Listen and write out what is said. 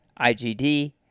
IgD